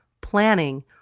planning